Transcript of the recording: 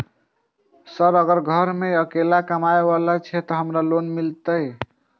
Sir अगर घर में अकेला कमबे वाला छे हमरो के लोन मिल सके छे?